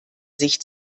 sich